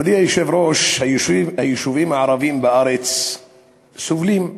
מכובדי היושב-ראש, היישובים הערביים בארץ סובלים,